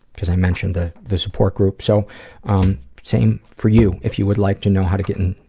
cause i mentioned the the support group. so same for you, if you would like to know how to get in,